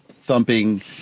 thumping